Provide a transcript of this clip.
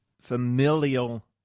familial